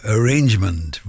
Arrangement